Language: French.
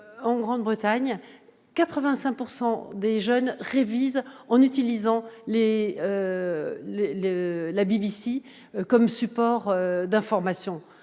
en Grande-Bretagne, 85 % des jeunes révisent en utilisant la BBC comme support d'information